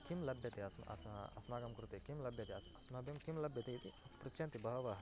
किं लभ्यते अस्म् अस् अस्माकं कृते किं लभ्यते अस् अस्मभ्यं किं लभ्यते इति पृच्छन्ति बहवः